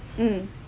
mm